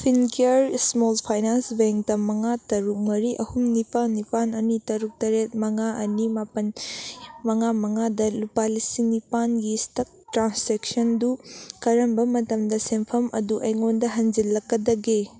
Fincare small finance ꯕꯦꯡꯇ ꯃꯉꯥ ꯇꯔꯨꯛ ꯃꯔꯤ ꯑꯍꯨꯝ ꯅꯤꯄꯥꯜ ꯅꯤꯄꯥꯜ ꯑꯅꯤ ꯇꯔꯨꯛ ꯇꯔꯦꯠ ꯃꯉꯥ ꯑꯅꯤ ꯃꯥꯄꯜ ꯃꯉꯥ ꯃꯉꯥꯗ ꯂꯨꯄꯥ ꯂꯤꯁꯤꯡ ꯅꯤꯄꯥꯜꯒꯤ ꯁ꯭ꯇꯛ ꯇ꯭ꯔꯥꯟꯁꯦꯛꯁꯟꯗꯨ ꯀꯔꯝꯕ ꯃꯇꯝꯗ ꯁꯦꯟꯐꯝ ꯑꯗꯨ ꯑꯩꯉꯣꯟꯗ ꯍꯟꯖꯤꯜꯂꯛꯀꯗꯒꯦ